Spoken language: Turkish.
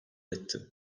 etti